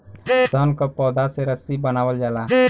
सन क पौधा से रस्सी बनावल जाला